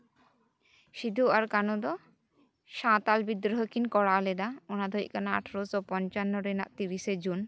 ᱥᱤᱫᱩ ᱟᱨ ᱠᱟᱱᱩ ᱫᱚ ᱥᱟᱶᱛᱟᱞ ᱵᱤᱫᱽᱨᱳᱦᱚ ᱠᱤᱱ ᱠᱚᱨᱟᱣ ᱞᱮᱫᱟ ᱚᱱᱟᱫᱚ ᱦᱩᱭᱩᱜ ᱠᱟᱱᱟ ᱟᱴᱷᱮᱨᱚᱥᱚ ᱯᱚᱧᱪᱟᱱᱱᱚ ᱨᱮᱱᱟᱜ ᱛᱤᱨᱤᱥᱮ ᱡᱩᱱ